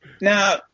Now